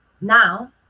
now